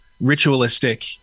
ritualistic